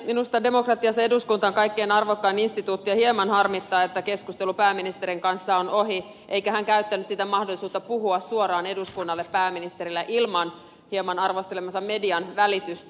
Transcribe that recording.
minusta demokratiassa eduskunta on kaikkein arvokkain instituutio ja hieman harmittaa että keskustelu pääministerin kanssa on ohi eikä hän käyttänyt sitä mahdollisuutta puhua suoraan eduskunnalle pääministerinä ilman hieman arvostelemansa median välitystä